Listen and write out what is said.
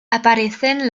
aparecen